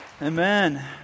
Amen